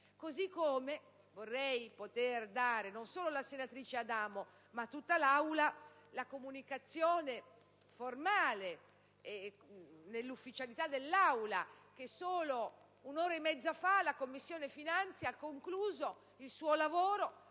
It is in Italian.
Così come vorrei poter dare, non solo alla senatrice Adamo ma a tutta l'Assemblea, la comunicazione formale, nell'ufficialità dell'Aula, che solo un'ora e mezza fa la Commissione finanze ha concluso il suo lavoro